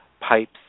pipes